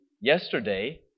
yesterday